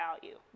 value